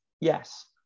Yes